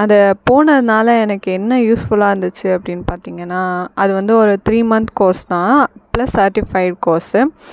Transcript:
அது போனதுனால் எனக்கு என்ன யூஸ்ஃபுல்லாக இருந்துச்சு அப்படின்னு பார்த்தீங்கனா அது வந்து ஒரு த்ரீ மந்த் கோர்ஸ் தான் ப்ளஸ் சர்டிப்ஃபைட் கோர்ஸ்